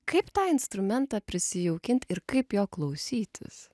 kaip tą instrumentą prisijaukint ir kaip jo klausytis